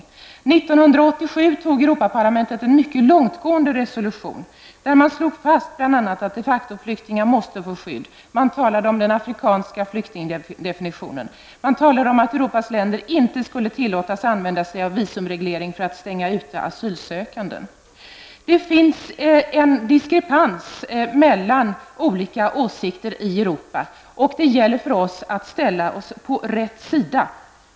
1987 antog Europaparlamentet en mycket långtgående resolution, där man slog fast bl.a. att de factoflyktingar måste få skydd. Man talade om den afrikanska flyktingdefinitionen, och man talade om att Europas länder inte skulle tillåtas använda sig av visumreglering för att stänga ute asylsökande. Det finns en diskrepans mellan olika åsikter i Europa. Det gäller för oss att ställa oss på rätt sida.